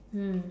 mm